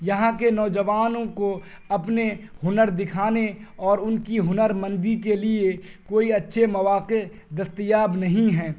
یہاں کے نوجوانوں کو اپنے ہنر دکھانے اور ان کی ہنرمندی کے لیے کوئی اچھے مواقع دستیاب نہیں ہیں